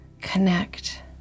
Connect